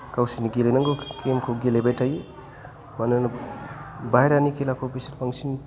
गावसोरनि गेलेनांगौ गेम खौ गेलेबाय थायो मानो बाहेरानि खेलाखौ बिसोर बांसिन